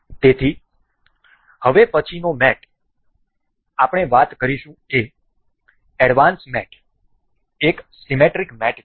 તેથી હવે પછીનો મેટ આપણે વાત કરીશું એ એડવાન્સ્ડ મેટ એક સીમેટ્રિક મેટ છે